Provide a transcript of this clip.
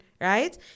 right